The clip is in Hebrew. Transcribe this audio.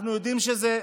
אנחנו יודעים שזה,